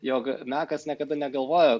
jog mekas niekada negalvojo